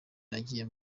nagiye